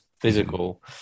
physical